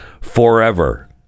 forever